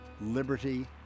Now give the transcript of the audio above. liberty